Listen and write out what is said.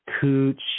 Cooch